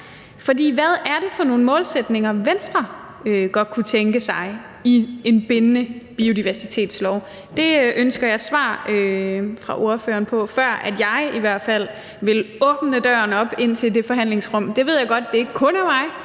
hvad er det for nogle målsætninger, Venstre godt kunne tænke sig i en bindende biodiversitetslov? Det ønsker jeg svar fra ordføreren på, før jeg i hvert fald vil åbne døren ind til det forhandlingsrum. Jeg ved godt, at det ikke kun er mig,